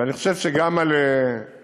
ואני חושב שגם שייך למפלגה,